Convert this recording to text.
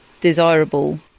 desirable